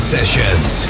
Sessions